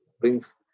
brings